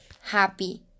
happy